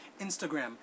Instagram